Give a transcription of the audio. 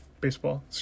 baseball